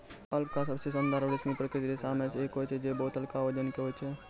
alpaca सबसें शानदार आरु रेशमी प्राकृतिक रेशा म सें एक होय छै जे बहुत हल्का वजन के होय छै